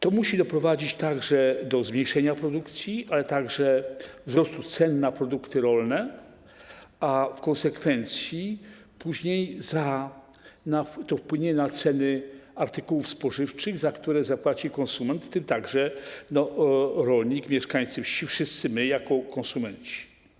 To musi doprowadzić także do zmniejszenia produkcji, ale także wzrostu cen na produkty rolne, a w konsekwencji wpłynie na ceny artykułów spożywczych, za które zapłaci konsument, w tym także rolnik, mieszkańcy wsi, my wszyscy jako konsumenci.